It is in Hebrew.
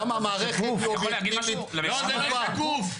כמה המערכת -- זה לא שקוף,